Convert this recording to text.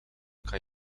kan